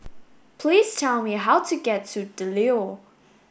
please tell me how to get to The Leo